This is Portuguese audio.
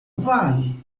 vale